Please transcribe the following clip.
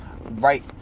right